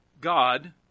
God